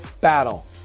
battle